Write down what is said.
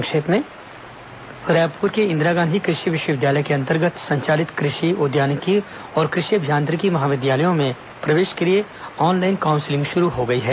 संक्षिप्त समाचार रायपुर के इंदिरा गांधी कृषि विश्वविद्यालय के अंतर्गत संचालित कृषि उद्यानिकी और कृषि अभियांत्रिकी महाविद्यालयों में प्रवेश के लिए ऑनलाइन काउंसलिंग शुरू हो गई है